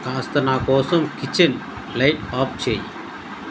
కాస్త నా కోసం కిచెన్ లైట్ ఆఫ్ చేయి